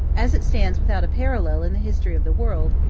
as it stands without a parallel in the history of the world,